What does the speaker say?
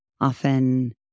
often